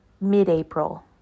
mid-April